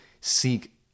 seek